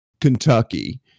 Kentucky